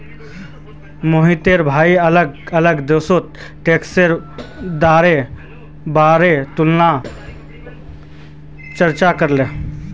मोहिटर भाई अलग अलग देशोत टैक्सेर दरेर बारेत तुलनात्मक चर्चा करले